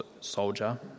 soldier